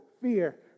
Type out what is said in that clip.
fear